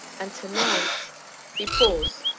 and to-night he paused,